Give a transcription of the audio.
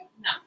No